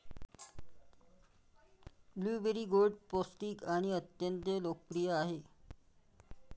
blueberry गोड, पौष्टिक आणि अत्यंत लोकप्रिय आहेत